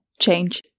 change